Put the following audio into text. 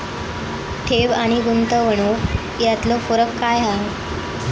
ठेव आनी गुंतवणूक यातलो फरक काय हा?